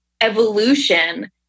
evolution